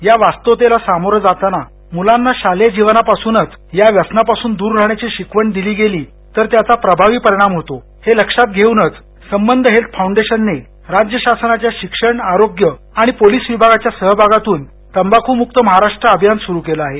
या वास्तवतेला सामोरं जाताना मुलांना शालेय जीवनापासूनच या व्यसनापासून दूर राहण्याची शिकवण दिली गेली तर त्याचा प्रभावी परिणाम होतो हे लक्षात घेऊनच संबंध हेल्थ फॉउंडेशनने राज्य शासनाच्या शिक्षण आरोग्य आणि पोलीस विभागाच्या सहभागातून तंबाखूमुक्त महाराष्ट्र अभियान सुरु केलं आहे